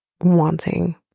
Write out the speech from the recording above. wanting